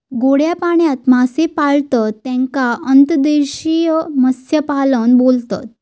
गोड्या पाण्यात मासे पाळतत तेका अंतर्देशीय मत्स्यपालन बोलतत